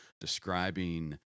describing